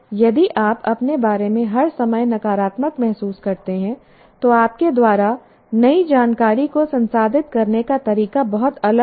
यदि आप अपने बारे में हर समय नकारात्मक महसूस करते हैं तो आपके द्वारा नई जानकारी को संसाधित करने का तरीका बहुत अलग होगा